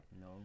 No